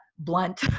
blunt